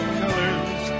colors